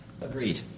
Agreed